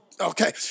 okay